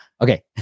Okay